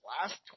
last